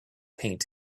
paint